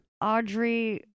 Audrey